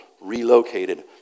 relocated